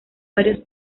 varios